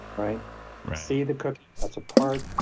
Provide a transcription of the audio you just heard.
right see the cookie, that's a part.